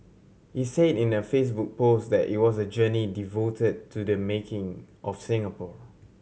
he say in a Facebook post that it was a journey devoted to the making of Singapore